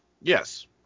Yes